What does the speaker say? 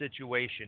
situation